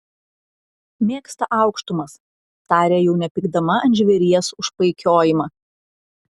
mėgsta aukštumas tarė jau nepykdama ant žvėries už paikiojimą